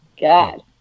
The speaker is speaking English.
God